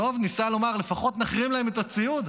טוב, ניסה לומר, לפחות נחרים להם את הציוד.